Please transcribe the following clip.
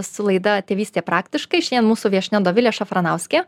su laida tėvystė praktiškai šiandien mūsų viešnia dovilė šafranauskė